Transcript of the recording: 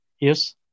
yes